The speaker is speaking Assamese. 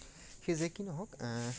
সেয়ে যেই কি নহওক